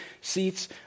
seats